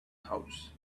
house